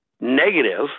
negative